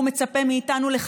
הגענו לרגע